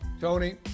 Tony